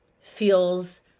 feels